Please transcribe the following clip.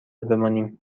بمانیم